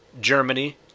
Germany